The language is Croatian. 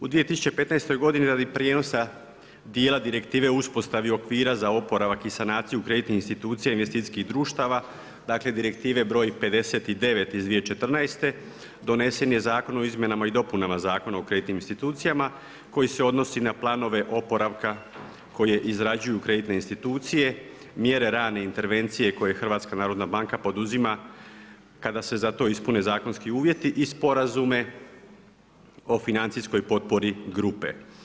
U 2015. godini radi prijenosa dijela direktive o uspostavi okvira za oporavak i sanaciju kreditnih institucija i investicijskih društava dakle, direktive br. 59. iz 2014. donesen je Zakon o izmjenama i dopunama Zakona o kreditnim institucijama koji se odnosi na planove oporavka koje izrađuju kreditne institucije, mjere rane intervencije koje je Hrvatska narodna banka poduzima kada se za to ispune zakonski uvjeti i sporazume o financijskoj potpori grupe.